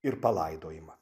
ir palaidojimą